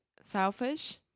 selfish